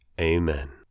Amen